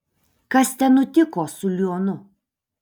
kas ten nutiko su lionu